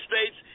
states